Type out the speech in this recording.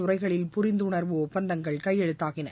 ஆறைகளில் புரிந்துணர்வு ஒப்பந்தங்கள் கையெழுத்தாயின